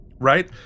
Right